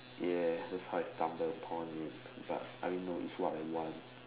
ya that's how it started a point with but I mean no is what I want